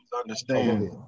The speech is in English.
understand